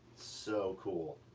so cool,